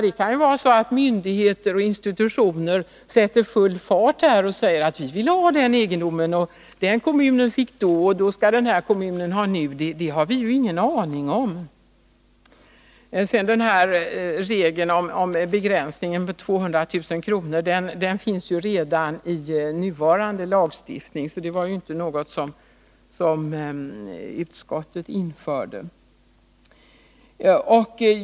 Det kan ju bli så att myndigheter och institutioner sätter full fart och säger: ”Vi vill ha den egendomen, och den kommunen fick då, och då skall den här kommunen ha nu.” Vi har ingen aning om vad detta kan innebära. Regeln om begränsningen till 200000 kr. finns redan i nuvarande lagstiftning, och det var alltså inte något som utskottet föreslog.